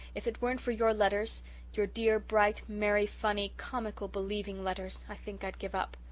if it weren't for your letters your dear, bright, merry, funny, comical, believing letters i think i'd give up.